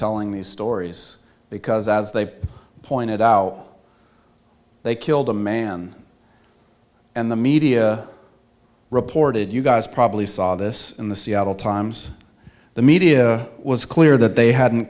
telling these stories because as they pointed out they killed a man and the media reported you guys probably saw this in the seattle times the media was clear that they hadn't